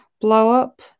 Blow-up